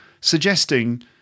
suggesting